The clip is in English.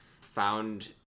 found